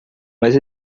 mas